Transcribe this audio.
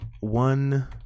one